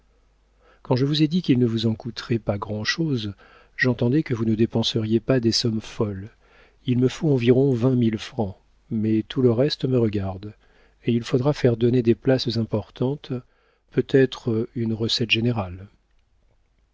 quand je vous ai dit qu'il ne vous en coûterait pas grand'chose j'entendais que vous ne dépenseriez pas des sommes folles il me faut environ vingt mille francs mais tout le reste me regarde et il faudra faire donner des places importantes peut-être une recette générale